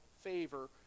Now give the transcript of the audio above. favor